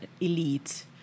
elite